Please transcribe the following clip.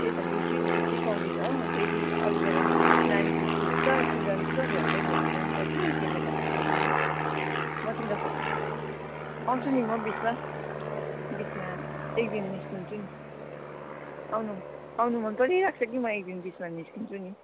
त्यही त ड्युटी छुट्टी पाउँदिनँ हो फेरि अरू बेला म नानीको स्कुल हुन्छ स्कुल जान्छ त भ्याउँदै भ्याउँदिन नि त कि त्यसले गर्दाखेरि नि म तिमीलाई फोन आउँछु नि म बिचमा बिचमा एकदिन निस्किन्छु नि आउनु आउनु मनपरिराको छ कि म एक दिन बिचमा निस्किन्छु नि